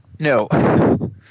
No